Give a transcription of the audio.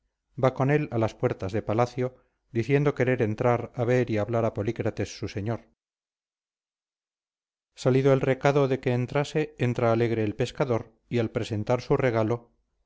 va con él a las puertas de palacio diciendo querer entrar a ver y hablar a polícrates su señor salido el recado de que entrase entra alegre el pescador y al presentar su regalo